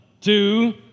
two